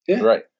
right